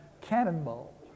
cannonball